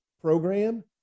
program